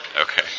Okay